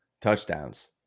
touchdowns